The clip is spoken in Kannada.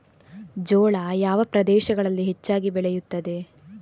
ಜೋಳ ಯಾವ ಪ್ರದೇಶಗಳಲ್ಲಿ ಹೆಚ್ಚಾಗಿ ಬೆಳೆಯುತ್ತದೆ?